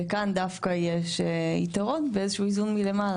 וכאן דווקא יש יתרון ואיזה שהוא זום מלמעלה